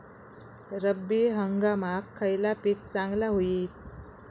रब्बी हंगामाक खयला पीक चांगला होईत?